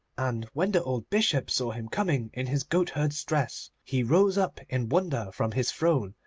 and when the old bishop saw him coming in his goatherd's dress, he rose up in wonder from his throne,